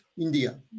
India